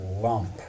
lump